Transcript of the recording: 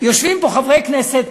יושבים פה חברי כנסת כאלה,